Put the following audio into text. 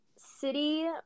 city